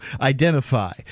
identify